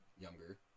younger